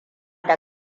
da